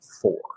four